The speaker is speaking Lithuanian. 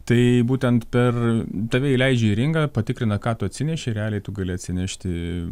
tai būtent per tave įleidžia į ringą patikrina ką tu atsinešei realiai tu gali atsinešti